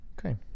Okay